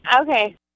Okay